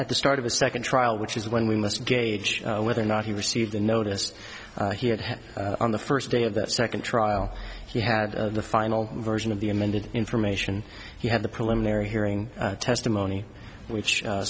at the start of the second trial which is when we must gauge whether or not he received the notice he had had on the first day of the second trial he had the final version of the amended information he had the preliminary hearing testimony which